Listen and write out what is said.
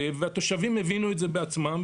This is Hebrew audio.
התושבים הבינו את זה בעצמם,